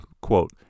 quote